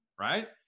right